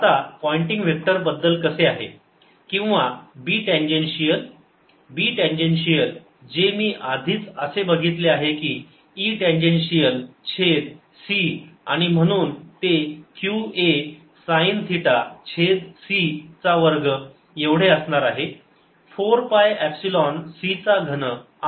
आता pointing vector बद्दल कसे आहे किंवा B टँजेन्शिअल B टँजेन्शिअल जे मी आधीच असे बघितले आहे की E टँजेन्शिअल छेद c आणि म्हणून ते q a साईन थिटा छेद c चा वर्ग एवढे असणार आहे 4 पाय एप्सिलॉन c चा घन r